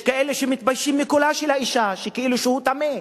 יש כאלה שמתביישים בקולה של האשה, כאילו שהוא טמא,